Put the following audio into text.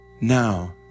now